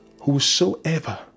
whosoever